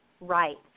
Right